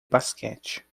basquete